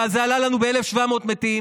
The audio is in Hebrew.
וזה עלה לנו ב-1,700 מתים.